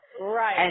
Right